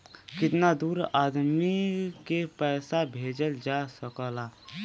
कितना दूर आदमी के पैसा भेजल जा सकला?